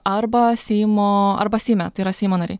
arba seimo arba seime tai yra seimo nariai